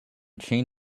chain